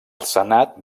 senat